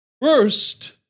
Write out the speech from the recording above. First